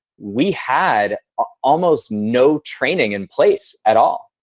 we had ah almost no training in place at all.